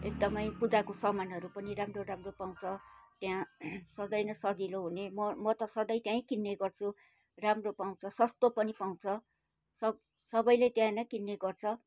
एकदमै पूजाको सामानहरू पनि राम्रो राम्रो पाउँछ त्यहाँ सधैँ नै सजिलो हुने म म त सधैँ त्यहीँ किन्ने गर्छु राम्रो पाउँछ सस्तो पनि पाउँछ सब सबैले त्यहाँ नै किन्ने गर्छ